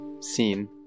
seen